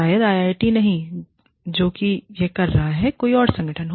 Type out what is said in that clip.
शायद आईआईटी नहीं जो कि यह कर रहा है कोई और संगठन